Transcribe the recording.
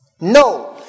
No